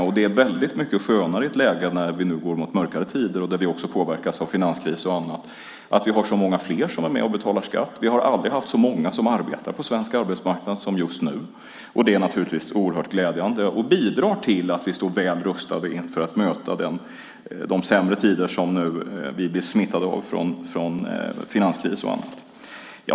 Det är också väldigt mycket skönare i ett läge när vi nu går mot mörkare tider, och där vi också påverkas av finanskrisen, att vi har så många fler som är med och betalar skatt. Vi har aldrig haft så många som arbetar på svensk arbetsmarknad som just nu. Det är naturligtvis oerhört glädjande och bidrar till att vi står väl rustade inför att möta de sämre tider som vi nu blir smittade av från finanskris och annat.